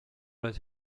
that